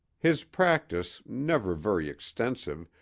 his practice, never very extensive,